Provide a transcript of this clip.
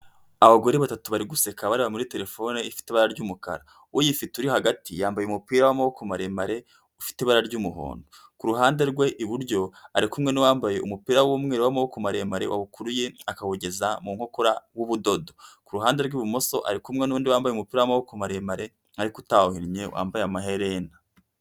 Abagore batatu bari guseka bareba muri telefone ifite ibara ry'umukara, uyifite uri hagati yambaye umupira w'amaboko maremare ufite ibara ry'umuhondo, ku ruhande rwe iburyo ari kumwe n'uwambaye umupira w'umweru wa maboko maremare wawukuruye akawugeza mu nkokora w'ubudodo, ku ruhande rw'ibumoso ari kumwe n'undi wambaye umupira wa maboko maremare ariko utawuhinnye wambaye amaherena.